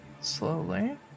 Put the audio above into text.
slowly